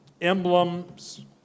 emblems